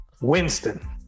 Winston